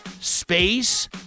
space